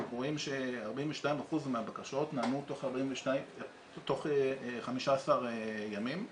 ש-42% מהבקשות נענו תוך 15 ימים,